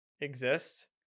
exist